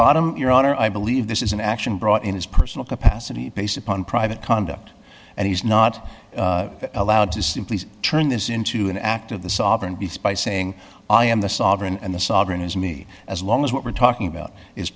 bottom your honor i believe this is an action brought in his personal capacity based upon private conduct and he's not allowed to simply turn this into an act of the sovereign beast by saying i am the sovereign and the sovereign is me as long as we're talking about his